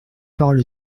parole